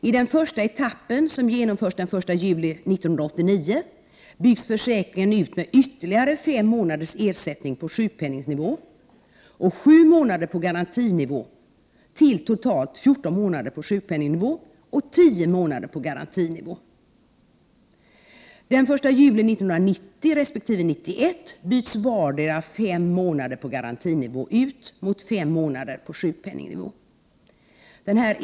I den första etappen, som genomförs den 1 juli 1989, byggs försäkringen ut med ytterligare fem månaders ersättning på sjukpenningnivå och sju månader på garantinivå, till totalt fjorton månader på sjukpenningnivå och tio månader på garantinivå. Den 1 juli 1990 resp. 1991 byts vardera fem månader på garantinivå ut mot fem månader på sjukpenningnivå.